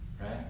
Right